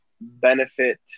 benefit